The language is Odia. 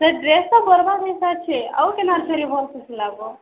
ସେ ଡ୍ରେସ୍ ତ ବର୍ବାଦ୍ ହେଇସାରିଛେ ଆଉ କେନ୍ତା କରି ଫେର୍ ଭଲ୍ସେ ସିଲାବ